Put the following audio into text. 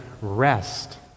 rest